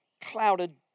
clouded